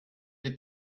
die